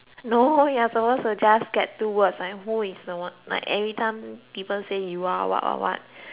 most of us just get two words like who is the one like everytime people say you what what what what what